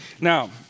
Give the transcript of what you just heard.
Now